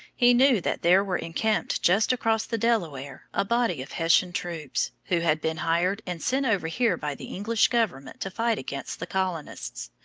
he knew that there were encamped just across the delaware, a body of hessian troops, who had been hired and sent over here by the english government to fight against the colonists.